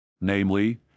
namely